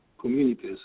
communities